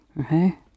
Okay